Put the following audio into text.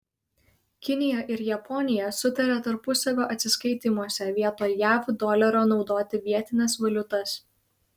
kinija ir japonija sutarė tarpusavio atsiskaitymuose vietoj jav dolerio naudoti vietines valiutas